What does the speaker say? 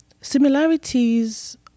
similarities